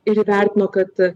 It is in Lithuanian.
ir įvertino kad